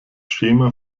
schema